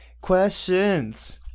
Questions